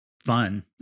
fun